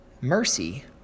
Mercy